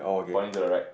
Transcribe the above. pointing to your right